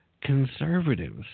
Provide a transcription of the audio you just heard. Conservatives